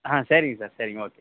ஆ சரிங்க சார் சரிங்க ஓகே